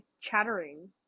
chattering